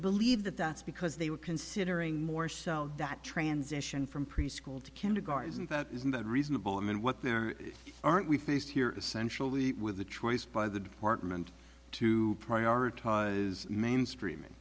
believe that that's because they were considering more so that transition from preschool to kindergarten isn't that isn't that reasonable and what there aren't we faced here essentially with the choice by the department to prioritize mainstreaming